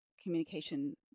communication